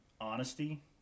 honesty